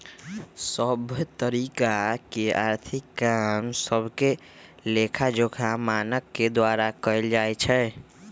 सभ तरिका के आर्थिक काम सभके लेखाजोखा मानक के द्वारा कएल जाइ छइ